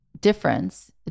difference